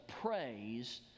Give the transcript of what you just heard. praise